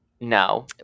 No